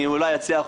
אני אולי אצליח,